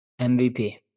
MVP